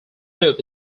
loop